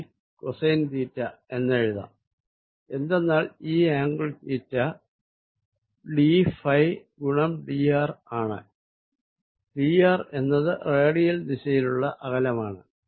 d cosine theta എന്ന് എഴുതാം എന്തെന്നാൽ ഈ ആംഗിൾ തീറ്റ d ഗുണം dr ആണ് dr എന്നത് റേഡിയൽ ദിശയിലുള്ള അകലമാണ്